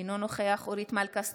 אינו נוכח אורית מלכה סטרוק,